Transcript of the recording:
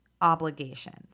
obligations